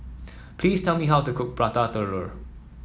please tell me how to cook Prata Telur